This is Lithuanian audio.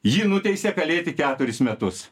jį nuteisė kalėti keturis metus